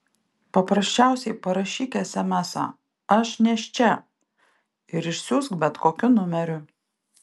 paprasčiausiai parašyk esemesą aš nėščia ir išsiųsk bet kokiu numeriu